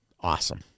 awesome